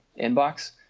inbox